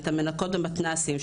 את המנקות במתנ"סים,